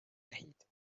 دهید